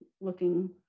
looking